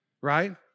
right